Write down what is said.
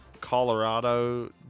Colorado